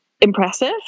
impressive